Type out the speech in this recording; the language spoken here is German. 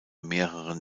mehreren